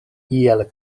iel